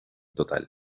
total